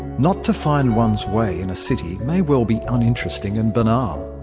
not to find one's way in a city may well be uninteresting and banal.